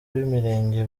b’imirenge